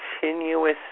continuous